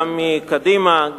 גם מקדימה,